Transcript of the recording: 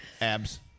abs